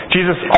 Jesus